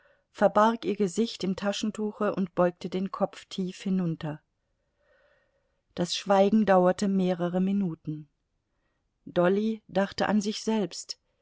verbarg ihr gesicht im taschentuche und beugte den kopf tief hinunter das schweigen dauerte mehrere minuten dolly dachte an sich selbst